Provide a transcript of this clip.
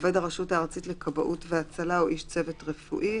עובד הרשות הארצית לכבאות והצלה או איש צוות רפואי,